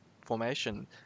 formation